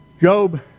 Job